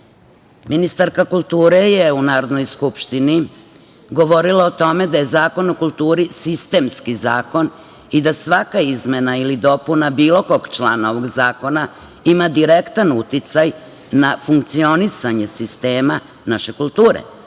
rad. Ministarka kulture je u Narodnoj skupštini govorila o tome da je Zakon o kulturi sistemski zakon i da svaka izmena ili dopuna bilo kog člana ovog zakona ima direktan uticaj na funkcionisanje sistema naše kulture,